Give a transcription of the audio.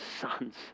sons